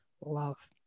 love